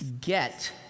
get